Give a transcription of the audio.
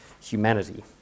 humanity